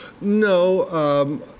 No